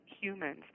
humans